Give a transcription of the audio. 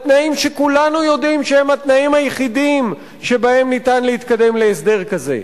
בתנאים שכולנו יודעים שהם התנאים היחידים שבהם ניתן להתקדם להסדר כזה.